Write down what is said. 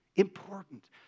Important